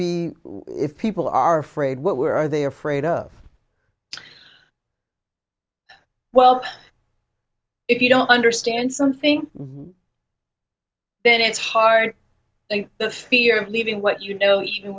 be if people are afraid what were they afraid of well if you don't understand something then it's hard the fear of leaving what you know even